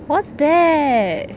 what's that